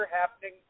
happening